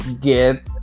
get